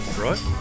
right